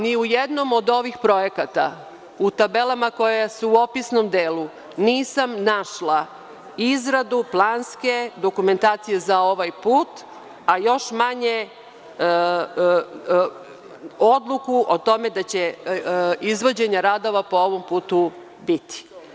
Ni u jednom od ovih projekata u tabelama koje su u opisnom delu nisam našla izradu planske dokumentacije za ovaj put, a još manje odluku o tome da će izvođenje radova po ovom putu biti.